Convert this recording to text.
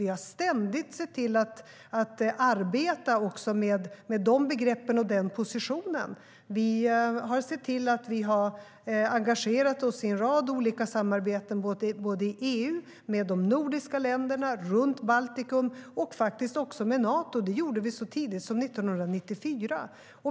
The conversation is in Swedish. Vi har ständigt sett till att arbeta också med de begreppen och den positionen. Vi har sett till att engagera oss i en rad olika samarbeten i EU, med de nordiska länderna, runt Baltikum och faktiskt också med Nato - det gjorde vi så tidigt som 1994.